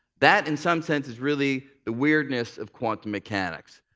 that, in some sense, is really the weirdness of quantum mechanics.